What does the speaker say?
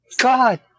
God